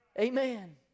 Amen